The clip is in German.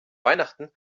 weihnachten